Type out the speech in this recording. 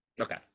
Okay